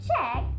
check